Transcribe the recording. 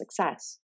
Success